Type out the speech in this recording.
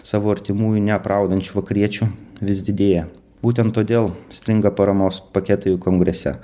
savo artimųjų neapraudančių vakariečių vis didėja būtent todėl stringa paramos paketai kongrese